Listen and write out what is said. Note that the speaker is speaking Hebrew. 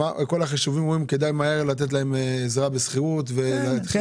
אז כל החישובים אומרים שכדאי מהר לתת להם עזרה בשכירות וכו'.